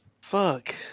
Fuck